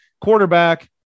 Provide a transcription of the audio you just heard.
quarterback